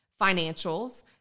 financials